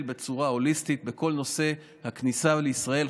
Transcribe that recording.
בצורה הוליסטית בכל נושא הכניסה לישראל.